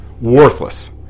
worthless